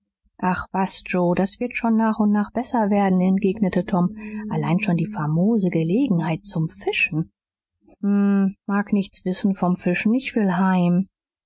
ach was joe das wird schon nach und nach besser werden entgegnete tom allein schon die famose gelegenheit zum fischen mag nichts wissen vom fischen ich will heim